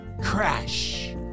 Crash